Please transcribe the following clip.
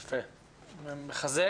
יפה, אני מחזק.